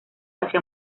hacia